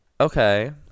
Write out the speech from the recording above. Okay